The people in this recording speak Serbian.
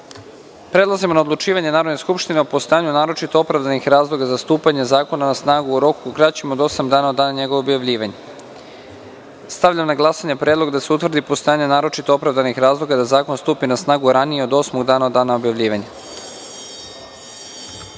amandman. Prelazimo na odlučivanje Narodne skupštine o postojanju naročito opravdanih razloga za stupanje zakona na snagu u roku kraćem od osam dana od dana njegovog objavljivanja. Stavljam na glasanje predlog da se utvrdi postojanje naročito opravdanih razloga da zakon stupi na snagu ranije od osmog dana od dana objavljivanja. Molim